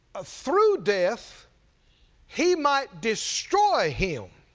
ah through death he might destroy him,